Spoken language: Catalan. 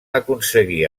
aconseguir